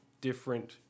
different